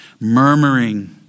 Murmuring